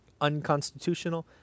unconstitutional